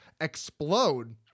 explode